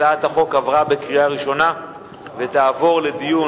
הצעת החוק עברה בקריאה ראשונה ותעבור לדיון